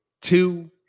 two